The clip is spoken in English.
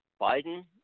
Biden